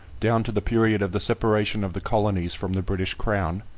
down to the period of the separation of the colonies from the british crown,